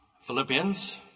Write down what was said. Philippians